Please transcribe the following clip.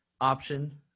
option